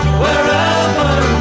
wherever